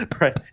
right